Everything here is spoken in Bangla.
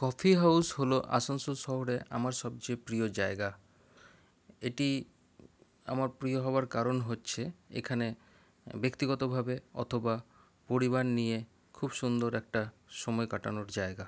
কফি হাউস হল আসানসোল শহরে আমার সবচেয়ে প্রিয় জায়গা এটি আমার প্রিয় হওয়ার কারণ হচ্ছে এখানে ব্যক্তিগতভাবে অথবা পরিবার নিয়ে খুব সুন্দর একটা সময় কাটানোর জায়গা